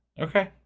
okay